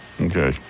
Okay